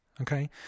Okay